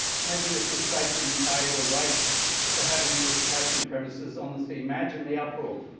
imagine if the state didn't pay the rates for having education premises on the city? imagine the uproar.